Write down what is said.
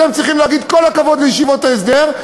אתם צריכים להגיד: כל הכבוד לישיבות ההסדר,